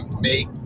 make